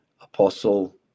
Apostle